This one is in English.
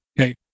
okay